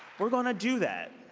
we're going to do that.